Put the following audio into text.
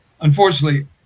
unfortunately